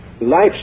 life